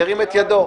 ירים את ידו.